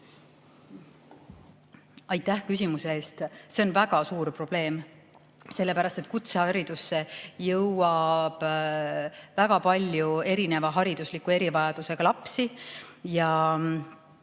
Aitäh küsimuse eest! See on väga suur probleem, sellepärast et kutseharidusse jõuab väga palju erineva haridusliku erivajadusega lapsi ja